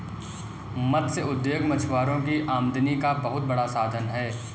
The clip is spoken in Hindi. मत्स्य उद्योग मछुआरों की आमदनी का बहुत बड़ा साधन है